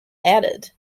added